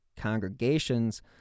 congregations